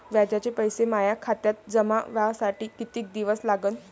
व्याजाचे पैसे माया खात्यात जमा व्हासाठी कितीक दिवस लागन?